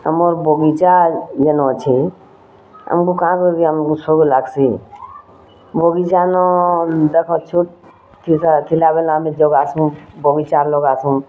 ଆମର୍ ବଗିଚା ଯେନ୍ ଅଛେ ଆମକୁ କାଏଁ କରିକି ଆମକୁ ଶୋକ୍ ଲାଗ୍ସି ବଗିଚା ନଁ ଦେଖ ଛୋଟ୍ ଥିଲାବେଲେ ଆମେ ଜଗାସୁ ବଗିଚା ଲଗାସୁ